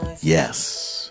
Yes